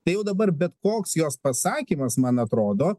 tai jau dabar bet koks jos pasakymas man atrodo